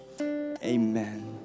Amen